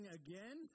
again